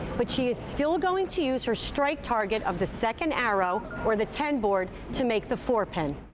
but she is still going to use her strike target of the second arrow, or the ten board to make the four pin.